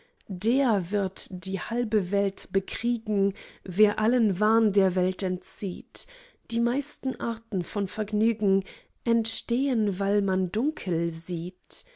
der wird die halbe welt bekriegen wer allen wahn der welt entzieht die meisten arten von vergnügen entstehen weil man dunkel sieht